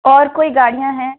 और कोई गाड़ियाँ हैं